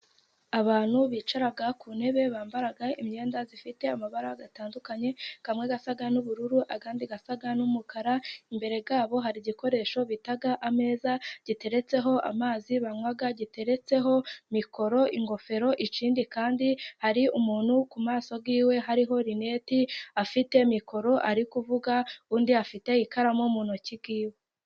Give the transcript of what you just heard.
Abantu bicara ku ntebe, bambara imyenda ifite amabara atandukanye, amwe asa n'ubururu, andi asa n'umukara, imbere yabo hari igikoresho bita ameza, giteretseho amazi banywa, giteretseho mikoro, ingofero, ikindi kandi hari umuntu ku maso y'iwe hariho rineti, afite mikoro ari kuvuga, undi afite ikaramu mu ntoki z'iwe.